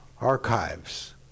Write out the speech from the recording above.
archives